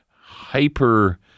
hyper